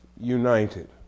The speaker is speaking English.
united